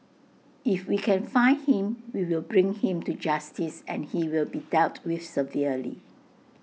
if we can find him we will bring him to justice and he will be dealt with severely